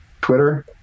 Twitter